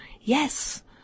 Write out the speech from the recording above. yes